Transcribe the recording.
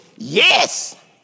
Yes